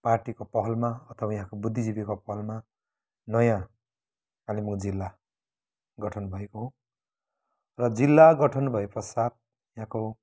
पार्टीको पहलमा अथवा यहाँको बुद्धिजीवीको पहलमा नयाँ कालिम्पोङ जिल्ला गठन भएको हो र जिल्ला गठन भए पश्चात् यहाँको